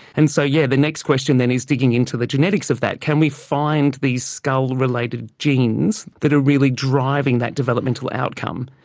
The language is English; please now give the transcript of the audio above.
and so yes, yeah the next question then is digging into the genetics of that. can we find these skull related genes that are really driving that developmental outcome?